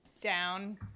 down